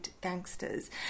gangsters